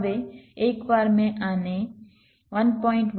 હવે એકવાર મેં આને 1